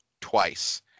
twice